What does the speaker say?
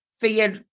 fear